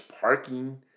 parking